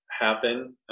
happen